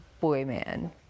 boy-man